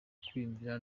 kwiyumvira